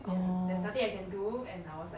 orh